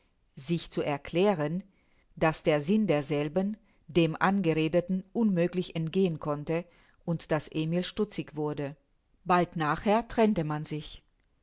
sich zu erklären daß der sinn derselben dem angeredeten unmöglich entgehen konnte und daß emil stutzig wurde bald nachher trennte man sich